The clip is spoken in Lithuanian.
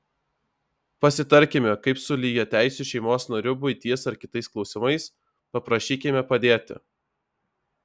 pasitarkime kaip su lygiateisiu šeimos nariu buities ar kitais klausimais paprašykime padėti